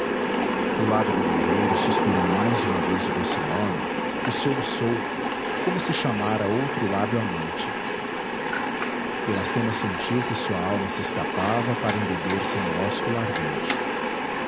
o lábio do guerreiro suspirou mais uma vez o doce nome e soluçou como se chamara outro lábio amante iracema sentiu que sua alma se escapava para embeber-se no ósculo ardente